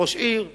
ראש עיר מצוין,